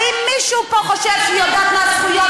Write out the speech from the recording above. האם מישהו פה חושב שהיא יודעת מה הזכויות